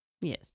Yes